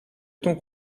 ton